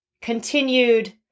continued